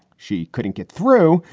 she couldn't get through.